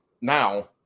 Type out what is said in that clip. Now